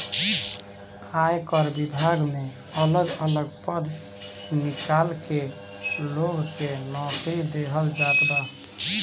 आयकर विभाग में अलग अलग पद निकाल के लोग के नोकरी देहल जात बा